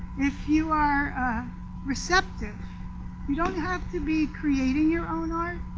if you are receptive you don't have to be creating your own art.